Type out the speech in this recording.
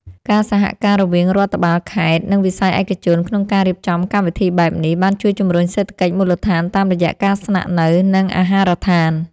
ការសហការរវាងរដ្ឋបាលខេត្ត និងវិស័យឯកជនក្នុងការរៀបចំកម្មវិធីបែបនេះ បានជួយជំរុញសេដ្ឋកិច្ចមូលដ្ឋានតាមរយៈការស្នាក់នៅ និងអាហារដ្ឋាន។